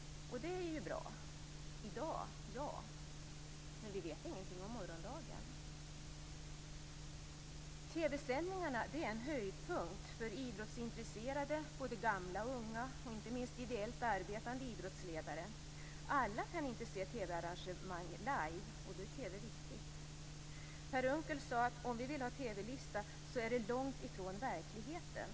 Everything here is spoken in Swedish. Ja, det är bra i dag, men vi vet ingenting om morgondagen. TV-sändningarna är en höjdpunkt för idrottsintresserade, både gamla och unga, inte minst ideellt arbetande idrottsledare. Alla kan inte se TV arrangemang live, och då är TV viktigt. Per Unckel sade att om vi vill ha en TV-lista är det långtifrån verkligheten.